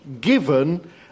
given